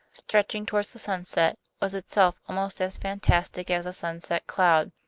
stretching toward the sunset, was itself almost as fantastic as a sunset cloud.